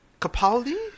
Capaldi